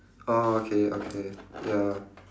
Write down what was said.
oh okay okay ya